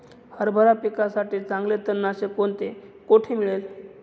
हरभरा पिकासाठी चांगले तणनाशक कोणते, कोठे मिळेल?